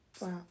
Wow